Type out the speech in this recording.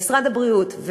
במשרד הבריאות,